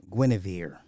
Guinevere